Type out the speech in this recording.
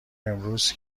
امروز